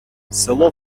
село